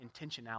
intentionality